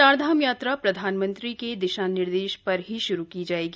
चारधाम यात्रा प्रधानमंत्री के दिशा निर्देश पर ही शुरू की जाएगी